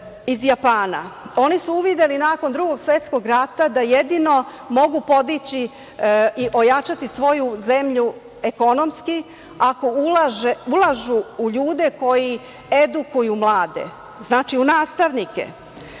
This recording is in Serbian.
iz Japana. Oni su uvideli nakon Drugog svetskog rata da jedino mogu podići i ojačati svoju zemlju ekonomski ako ulažu u ljude koji edukuju mlade, znači, u nastavnike.